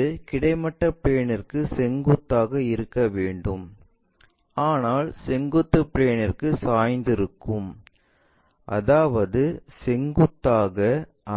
இது கிடைமட்ட பிளேன்ற்கு செங்குத்தாக இருக்க வேண்டும் ஆனால் செங்குத்து பிளேன்ற்கு சாய்ந்திருக்கும் அதாவது செங்குத்தாக